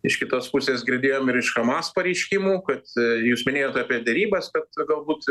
iš kitos pusės girdėjom ir iš hamas pareiškimų kad jūs minėjot apie derybas kad galbūt